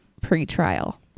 pre-trial